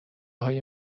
های